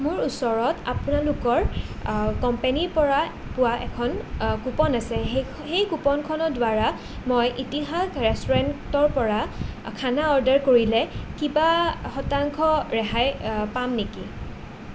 মোৰ ওচৰত আপোনালোকৰ কোম্পেনীৰ পৰা পোৱা এখন কুপন আছে সেইখ সেই কুপনখনৰ দ্বাৰা মই ইতিহাস ৰেষ্টুৰেণ্টৰ পৰা খানা অৰ্ডাৰ কৰিলে কিবা শতাংশ ৰেহাই পাম নেকি